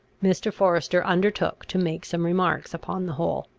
mr. forester undertook to make some remarks upon the whole.